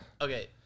Okay